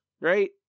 right